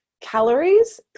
calories